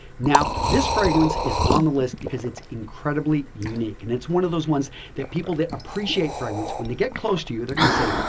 now, this fragrance is on the list because it's incredibly unique and it's one of those ones that people that appreciate fragrance, when they get close to you they're going to say,